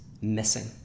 missing